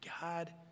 God